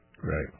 Right